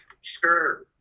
Sure